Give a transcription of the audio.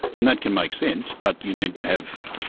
and that can make sense, but you need to have,